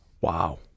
Wow